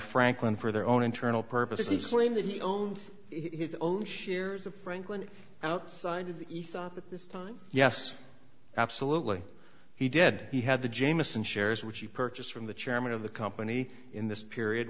franklin for their own internal purposes explained that he owned his own shares of franklin outside of the ethos at this time yes absolutely he did he had the jamison shares which he purchased from the chairman of the company in this period